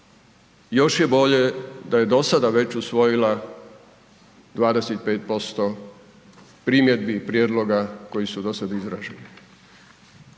Još je bolje da je dosada već usvojila 25% primjedbi i prijedloga koji su dosad izraženi.